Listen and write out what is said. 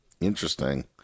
Interesting